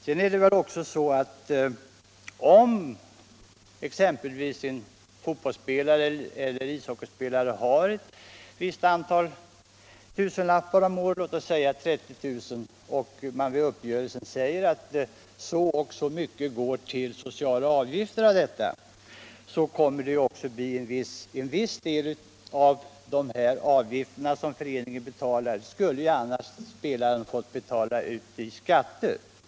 Om dessutom exempelvis en fotbollseller ishockeyspelare har en viss inkomst ett år, t.ex. 30 000 kr., och man vid uppgörelsen säger att si och så mycket av detta skall gå till sociala avgifter, får man också ta hänsyn till att spelaren annars skulle ha fått betala en del av dessa pengar i skatt.